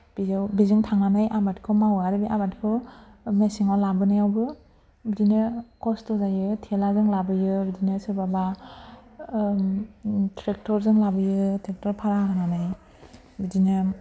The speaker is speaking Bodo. बेयाव बेजों थांनानै आबादखौ मावो आरो बे आबादखौ मेसेंआव लाबोनायावबो बिदिनो खस्थ' जायो थेलाजों लाबोयो बिदिनो सोरबाबा ट्रेक्टरजों लाबोयो ट्रेक्टर भारा होनानै बिदिनो